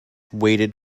waited